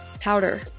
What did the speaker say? powder